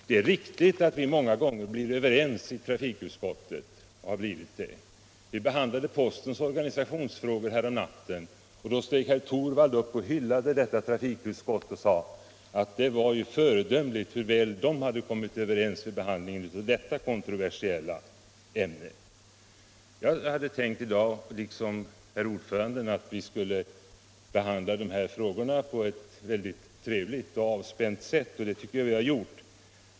Det är riktigt att vi många gånger blivit överens i trafikutskottet. Vi behandlade häromnatten postens organisationsfrågor, och då steg herr Torwald upp och hyllade trafikutskottet och sade att det var föredömligt hur väl man där hade kommit överens vid behandlingen av det kontroversiella ämnet. Jag hade tänkt — liksom herr ordföranden — att vi i dag skulle behandla de här frågorna på ett trevligt och avspänt sätt, och det tycker jag också vi har gjort.